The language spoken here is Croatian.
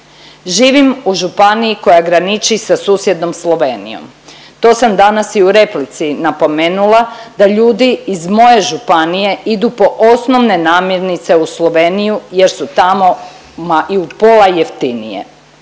Živim u županiji koja graniči sa susjednom Slovenijom, to sam danas i u replici napomenula da ljudi iz moje županije idu po osnovne namirnice u Sloveniju jer su tamo ma i u pola jeftinije.